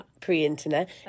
pre-internet